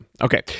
Okay